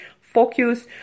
focus